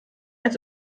als